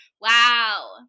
Wow